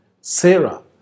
Sarah